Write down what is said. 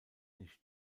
nicht